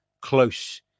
close